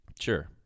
Sure